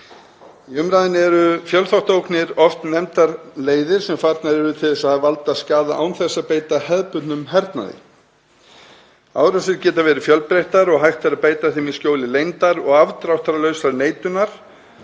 Í umræðu um fjölþáttaógnir eru oft nefndar leiðir sem farnar eru til þess að valda skaða án þess að beita hefðbundnum hernaði. Árásir geta verið fjölbreyttar og hægt er að beita þeim í skjóli leyndar og afdráttarlausar neitunar